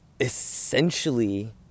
essentially